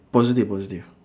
positive positive